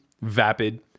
vapid